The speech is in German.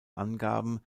angaben